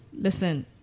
Listen